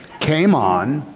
came on